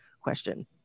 question